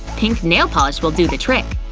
pink nail polish will do the trick!